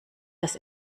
das